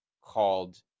called